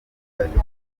baturage